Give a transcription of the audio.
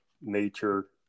nature